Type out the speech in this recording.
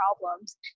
problems